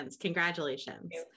Congratulations